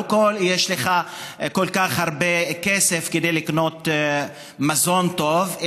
לא כי יש לך כל כך הרבה כסף כדי לקנות מזון טוב,